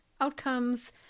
outcomes